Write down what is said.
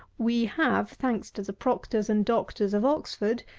we have, thanks to the proctors and doctors of oxford,